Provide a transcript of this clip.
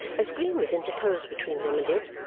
a screen was interposed between them and it,